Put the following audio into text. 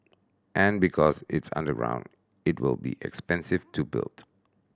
and because it's underground it will be expensive to build